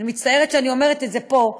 אני מצטערת שאני אומרת את זה פה,